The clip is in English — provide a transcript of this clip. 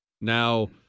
Now